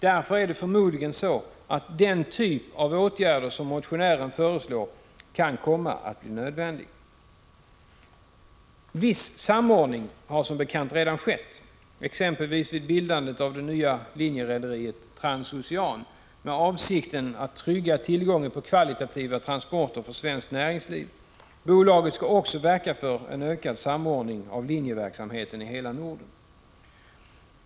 Därför är det förmodligen så, att en åtgärd av den typ som motionären föreslår kan komma att bli nödvändig. Viss samordning har som bekant redan skett, exempelvis vid bildandet av det nya linjerederiet Transocean, med avsikten att trygga tillgången på kvalitativa transporter för svenskt näringsliv. Bolaget skall också verka för en ökad samordning av linjeverksamheten i hela Norden.